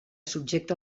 subjecta